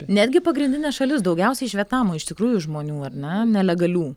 netgi pagrindinė šalis daugiausiai iš vietnamo iš tikrųjų žmonių ar ne nelegalių